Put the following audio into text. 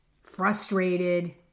frustrated